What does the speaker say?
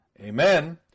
Amen